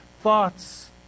thoughts